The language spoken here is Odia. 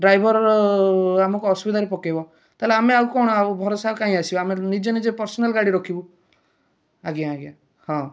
ଡ଼୍ରାଇଭର୍ର ଆମକୁ ଅସୁବିଧାରେ ପକେଇବ ତା'ହେଲେ ଆମେ ଆଉ କ'ଣ ଆଉ ଭରସା ଆଉ କାଇଁ ଆସିବା ଆମେ ନିଜେ ନିଜେ ପର୍ସନାଲ୍ ଗାଡ଼ି ରଖିବୁ ଆଜ୍ଞା ଆଜ୍ଞା ହଁ